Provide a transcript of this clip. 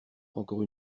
encore